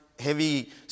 heavy